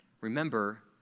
Remember